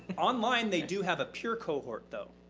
online, they do have a pure cohort though.